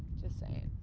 just sayin'.